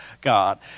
God